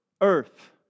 earth